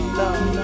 love